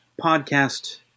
podcast